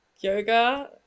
yoga